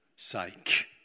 sake